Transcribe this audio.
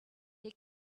they